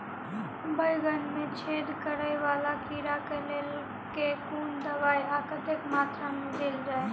बैंगन मे छेद कराए वला कीड़ा केँ लेल केँ कुन दवाई आ कतेक मात्रा मे देल जाए?